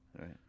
right